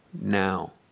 now